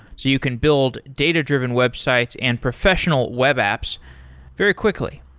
so you can build data-driven websites and professional web apps very quickly.